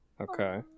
Okay